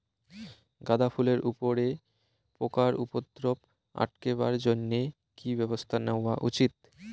গাঁদা ফুলের উপরে পোকার উপদ্রব আটকেবার জইন্যে কি ব্যবস্থা নেওয়া উচিৎ?